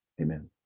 Amen